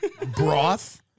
broth